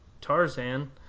tarzan